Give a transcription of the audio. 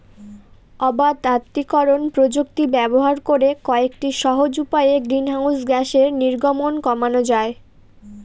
অবাত আত্তীকরন প্রযুক্তি ব্যবহার করে কয়েকটি সহজ উপায়ে গ্রিনহাউস গ্যাসের নির্গমন কমানো যায়